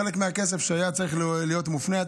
חלק מהכסף שהיה צריך להיות מופנה,